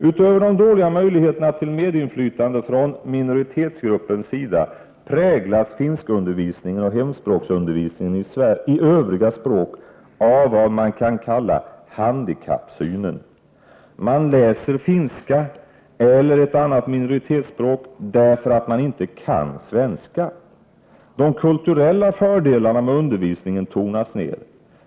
Utöver de dåliga möjligheterna till medinflytande från minoritetsgruppens sida präglas finskundervisningen och hemspråksundervisningen i övriga språk av vad man kan kalla handikappsynen: man läser finska eller ett annat minoritetsspråk därför att man inte kan svenska. De kulturella fördelarna med undervisningen tonas ned.